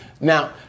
Now